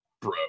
bro